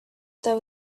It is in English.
there